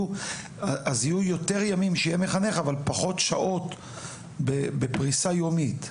אז יהיו יותר ימים שיהיה מחנך אבל פחות שעות בפריסה יומית.